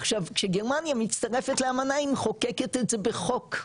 עכשיו כשגרמניה מצטרפת לאמנה היא מחוקקת את זה בחוק,